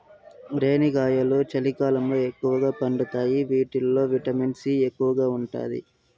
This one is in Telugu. రేణిగాయాలు చలికాలంలో ఎక్కువగా పండుతాయి వీటిల్లో విటమిన్ సి ఎక్కువగా ఉంటాది